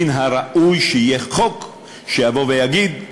מן הראוי שיהיה חוק שיבוא ויגיד: